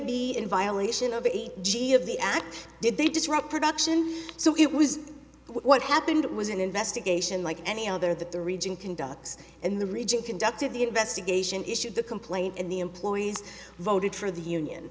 be in violation of the g of the act did they disrupt production so it was what happened was an investigation like any other that the region conducts in the region conducted the investigation issued the complaint and the employees voted for the union